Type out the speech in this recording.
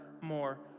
more